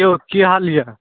की यौ की हाल यऽ